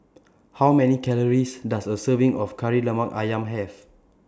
How Many Calories Does A Serving of Kari Lemak Ayam Have